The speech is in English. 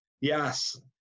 Yes